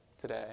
today